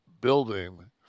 building